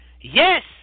Yes